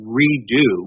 redo